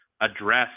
address